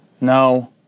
No